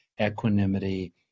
equanimity